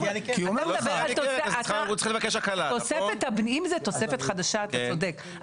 זו תוספת חדשה אתה צודק,